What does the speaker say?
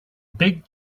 big